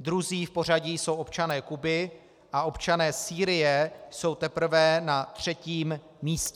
druzí v pořadí jsou občané Kuby a občané Sýrie jsou teprve na třetím místě.